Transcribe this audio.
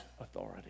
authority